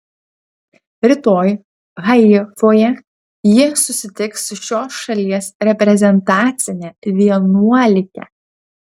rytoj haifoje ji susitiks su šios šalies reprezentacine vienuolike